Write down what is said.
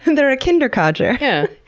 and they're a kinder-codger. yeah.